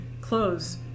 clothes